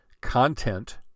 content